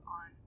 on